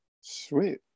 Sweet